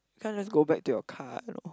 you can't just go back to your car you know